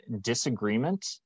disagreement